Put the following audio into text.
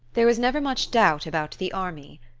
there was never much doubt about the army.